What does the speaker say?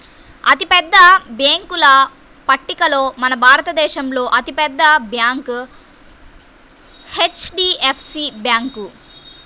అతిపెద్ద బ్యేంకుల పట్టికలో మన భారతదేశంలో అతి పెద్ద బ్యాంక్ హెచ్.డీ.ఎఫ్.సీ బ్యాంకు